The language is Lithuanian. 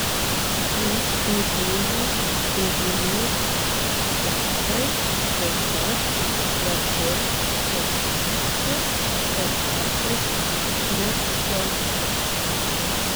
jos ilgųjų ūglių lapai taip pat plačiai kiaušiniški ir kartais triskiaučiai